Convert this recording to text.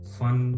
fun